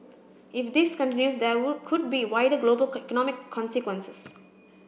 if this continues there would could be wider global economic consequences